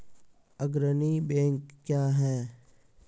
अग्रणी बैंक क्या हैं?